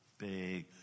big